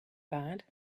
bad